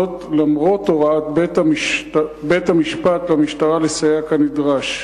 למרות הוראת בית-המשפט למשטרה לסייע כנדרש.